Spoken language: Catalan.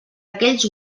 aquells